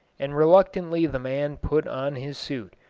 and reluctantly the man put on his suit,